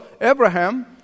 Abraham